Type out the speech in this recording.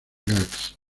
gags